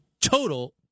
total